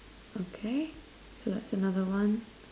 okay so that's another one